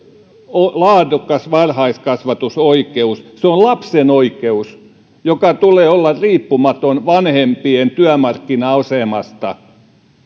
laadukas varhaiskasvatusoikeus on lapsen oikeus jonka tulee olla riippumaton vanhempien työmarkkina asemasta